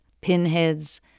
pinheads